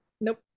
nope